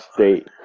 State